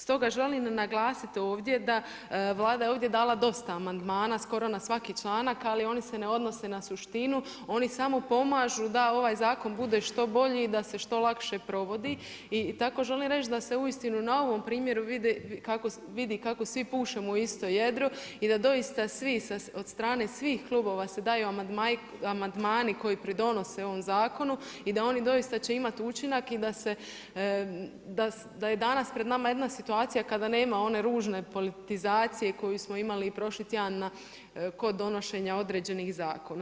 Stoga želim naglasiti ovdje da Vlada je ovdje dala dosta amandmana, skoro na svaki članak, ali oni se ne odnose na suštinu, oni samo pomažu da ovaj zakon bude što bolji i da se što lakše provodi i tako želim reći da se uistinu na ovom primjeru vidi kako svi pušemo u isto jedro i da doista svi od strane svih klubova se daju amandmani koji pridonose ovom zakonu i da oni doista će imati učinak i da je danas jedna situacija, kada nema one ružne politizacije, koju smo imali i prošli tjedan, kod donošenja određenih zakona.